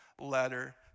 letter